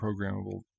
programmable